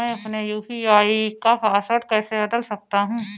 मैं अपने यू.पी.आई का पासवर्ड कैसे बदल सकता हूँ?